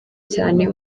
cyane